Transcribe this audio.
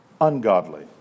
ungodly